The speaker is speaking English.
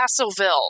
castleville